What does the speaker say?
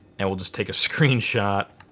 and we'll just take a screenshot.